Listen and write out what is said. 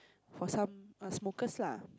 for some err smokers lah